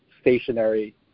stationary